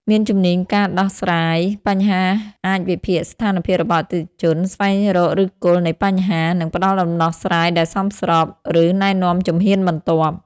មានជំនាញការដោះស្រាយបញ្ហាអាចវិភាគស្ថានភាពរបស់អតិថិជន ស្វែងរកឫសគល់នៃបញ្ហា និងផ្ដល់ដំណោះស្រាយដែលសមស្រប ឬណែនាំជំហានបន្ទាប់។